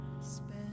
Spend